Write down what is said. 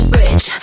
rich